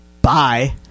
Bye